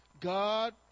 God